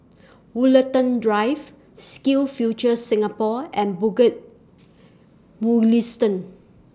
Woollerton Drive SkillsFuture Singapore and Bukit Mugliston